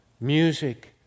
music